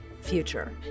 future